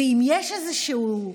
ואם יש איזשהו מפגן,